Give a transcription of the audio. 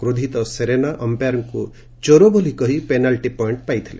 କ୍ରୋଧିତ ସେରେନା ଅମ୍ପେୟାର୍କୁ ଚୋର ବୋଲି କହି ପେନାଲ୍ଟି ପଏଣ୍ଟ ପାଇଥିଲେ